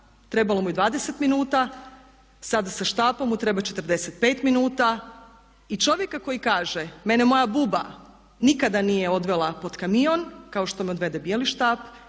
trebalo mu je 20 minuta, sada sa štapom mu treba 45 minuta. I čovjeka koji kaže mene moja Buba nije odvela pod kamion kao što me odvede bijeli štap,